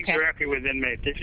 directly with inmates.